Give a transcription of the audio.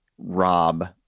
Rob